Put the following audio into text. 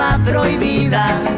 prohibida